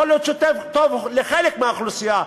יכול להיות שהוא טוב לחלק מהאוכלוסייה,